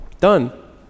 Done